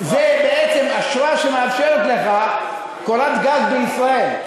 זה בעצם אשרה שמאפשרת לך קורת גג בישראל.